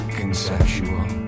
conceptual